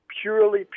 purely